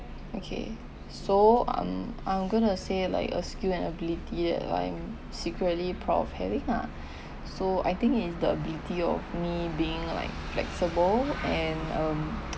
okay so I'm I'm going to say like a skill and ability that I'm secretly proud of having ah so I think is the ability of me being like flexible and um